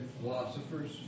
philosophers